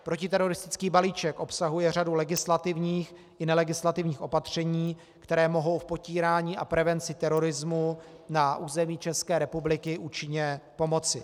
Protiteroristický balíček obsahuje řadu legislativních i nelegislativních opatření, která mohou v potírání a prevenci terorismu na území České republiky účinně pomoci.